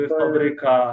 fabryka